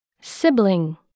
Sibling